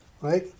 right